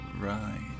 right